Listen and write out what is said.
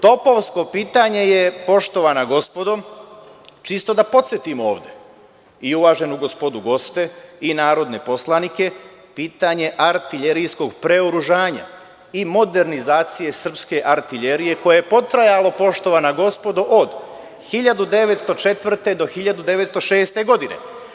Topovsko pitanje je, poštovana gospodo, čisto da podsetim ovde i uvaženu gospodu goste i narodne poslanike, pitanje artiljerijskog preoružanja i modernizacije srpske artiljerije koje je potrajalo, poštovana gospodo, od 1904. do 1906. godine.